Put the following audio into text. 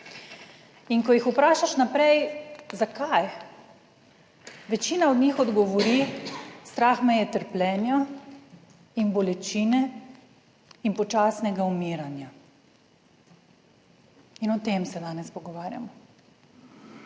In ko jih vprašaš naprej, zakaj? Večina od njih odgovori, strah me je trpljenja in bolečine in počasnega umiranja. In o tem se danes pogovarjamo.